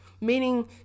Meaning